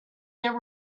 there